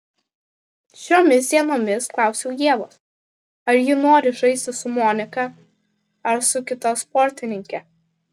šiomis dienomis klausiau ievos ar ji nori žaisti su monika ar su kita sportininke